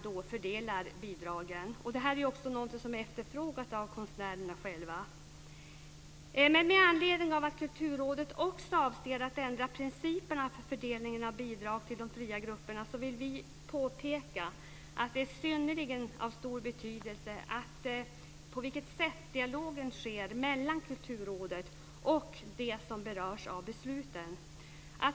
Detta är också något som efterfrågas av konstnärerna själva. Med anledning av att Kulturrådet också avser att ändra principerna för fördelningen av bidrag till de fria grupperna vill vi påpeka att det är av synnerligen stor betydelse på vilket sätt dialogen sker mellan Kulturrådet och dem som berörs av besluten.